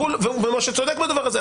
ומשה צודק בדבר הזה,